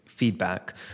Feedback